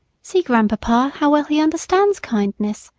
see, grandpapa, how well he understands kindness.